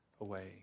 away